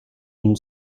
une